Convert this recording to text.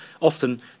Often